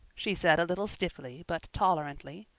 she said a little stiffly but tolerantly.